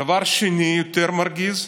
דבר שני, יותר מרגיז,